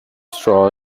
straw